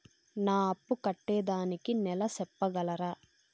నా అప్పు కట్టేదానికి నెల సెప్పగలరా?